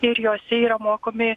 ir jose yra mokomi